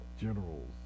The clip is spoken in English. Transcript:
generals